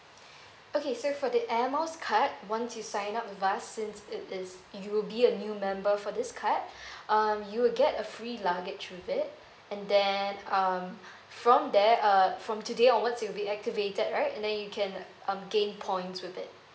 okay so for the air miles card once you sign up with us since it is you will be a new member for this card um you will get a free luggage with it and then um from there uh from today onwards it'll be activated right and then you can um gain points with it